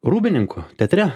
rūbininko teatre